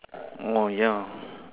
ya